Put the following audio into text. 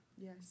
Yes